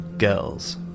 Girls